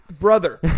Brother